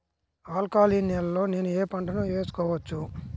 Alkaline నేలలో నేనూ ఏ పంటను వేసుకోవచ్చు?